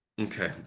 okay